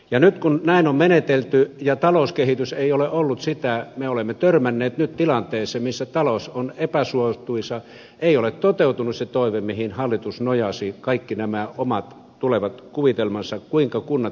ja nyt kun näin on menetelty ja talouskehitys ei ole ollut sitä me olemme törmänneet tilanteeseen missä talous on epäsuotuisa ei ole toteutunut se toive mihin hallitus nojasi kaikki nämä omat tulevat kuvitelmansa kuinka kunnat selviytyvät